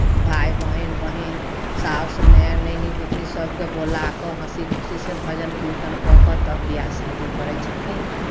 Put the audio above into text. भाय बहीन बहीन सासु माय नैनी गोतनी सभकेँ बोला कऽ हँसी खुशीसँ भजन कीर्तन कऽ कऽ तब बियाह शादी करै छथिन